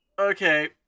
Okay